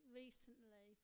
recently